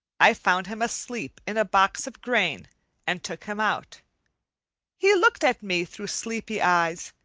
i found him asleep in a box of grain and took him out he looked at me through sleepy eyes,